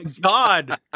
god